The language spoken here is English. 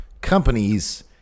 companies